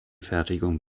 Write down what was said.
fertigung